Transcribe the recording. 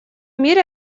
мире